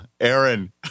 Aaron